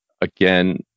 Again